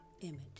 image